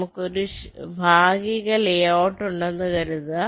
നമ്മുക്ക് ഒരു ഭാഗീക ലേഔട്ട് ഉണ്ടെന്നു കരുതുക